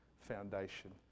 foundation